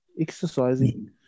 exercising